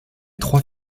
trois